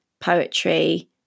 poetry